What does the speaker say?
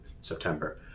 September